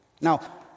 Now